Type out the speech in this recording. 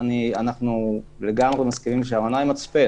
אנחנו מסכימים לזה.